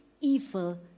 evil